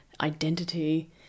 identity